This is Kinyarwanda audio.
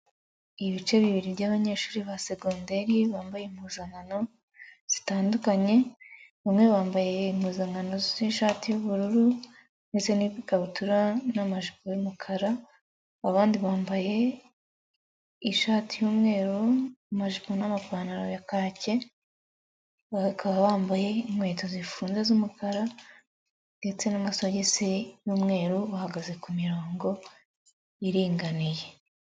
Ibice bibiri by'abanyeshuri ba segonderi, bambaye impuzankano zitandukanye. Bamwe bambaye impuzankano z'ishati y'ubururu n'izindi ni ikabutura n'amajipo y'umukara. Abandi bambaye ishati y'umweru, amajipo n'amapantaro ya kake. Bakaba bambaye inkweto zifunze z'umukara ndetse n'amasogisi y'umweru. Bahagaze kumirongo iringaniye.